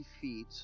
feet